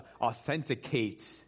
authenticate